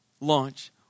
launch